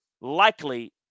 likely